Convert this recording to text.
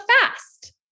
fast